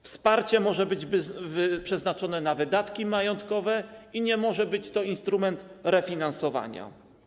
Wsparcie może być przeznaczone na wydatki majątkowe i nie może być to instrument refinansowania.